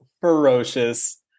ferocious